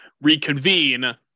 reconvene